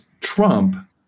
Trump